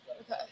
Okay